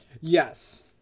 Yes